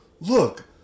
look